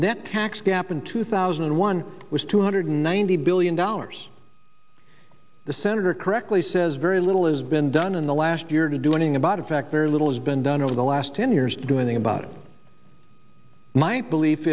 net tax gap in two thousand and one was two hundred ninety billion dollars the senator correctly says very little has been done in the last year to do anything about in fact very little has been done over the last ten years doing about it my belief